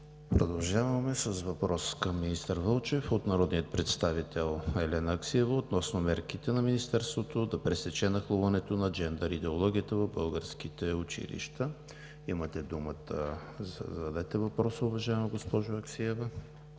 Продължаваме с въпрос към министър Вълчев от народния представител Елена Аксиева относно мерките на Министерството да пресече нахлуването на джендър идеологията в българските училища. Имате да зададете въпроса, уважаема госпожо Аксиева.